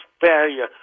failure